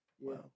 Wow